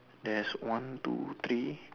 there's one two three